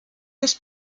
des